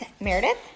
Meredith